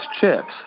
chips